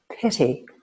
pity